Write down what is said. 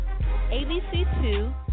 ABC2